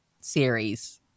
series